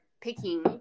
picking